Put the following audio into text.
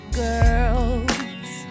girls